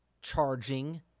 charging